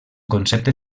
concepte